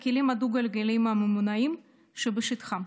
על הכלים הדו-גלגליים הממונעים שבשטחן.